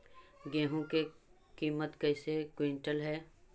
गेहू के किमत कैसे क्विंटल है?